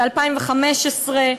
מתחילת 2015,